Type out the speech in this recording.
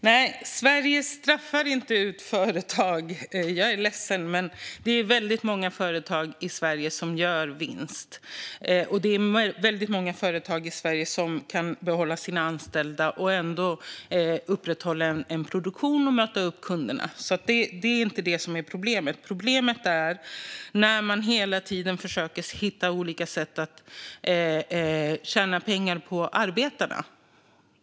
Fru talman! Nej, jag är ledsen, men Sverige straffar inte ut företag. Det är väldigt många företag som gör vinst, och det är väldigt många företag i Sverige som kan behålla sina anställda och ändå upprätthålla en produktion och möta upp kunderna. Det är inte det som är problemet. Problemet är när man hela tiden försöker hitta olika sätt att tjäna pengar på arbetarna.